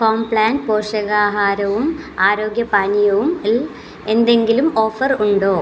കോംപ്ലാൻ പോഷകാഹാരവും ആരോഗ്യ പാനീയവും ൽ എന്തെങ്കിലും ഓഫർ ഉണ്ടോ